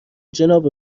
جناب